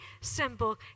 simple